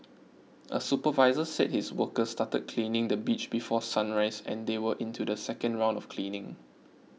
a supervisor said his workers started cleaning the beach before sunrise and they were into the second round of cleaning